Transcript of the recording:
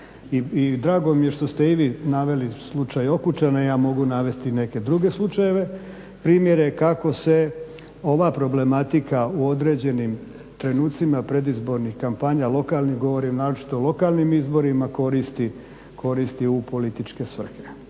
drago mi je što ste i vi naveli slučaj Okučani, ja mogu navesti neke druge slučajeve, primjere kako se ova problematika u određenim trenucima predizbornih kampanja lokalnih, govorim naročito o lokalnim izborima, koristi u političke svrhe,